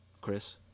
Chris